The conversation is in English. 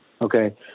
okay